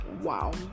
Wow